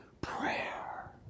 prayer